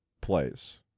plays